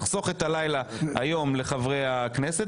לחסוך את הלילה היום לחברי הכנסת